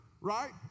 right